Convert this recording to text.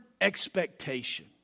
expectation